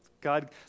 God